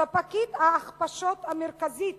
ספקית ההכפשות המרכזית